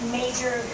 major